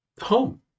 home